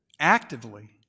actively